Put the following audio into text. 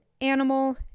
animal